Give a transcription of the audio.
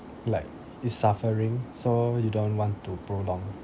like it's suffering so you don't want to prolong